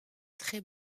très